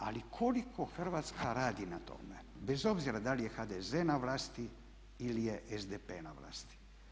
Ali koliko Hrvatska radi na tome bez obzira da li je HDZ na vlasti ili je SDP na vlasti?